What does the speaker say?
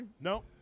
no